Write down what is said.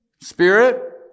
Spirit